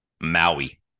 maui